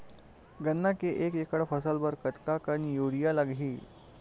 गन्ना के एक एकड़ फसल बर कतका कन यूरिया लगही?